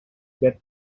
get